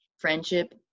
friendship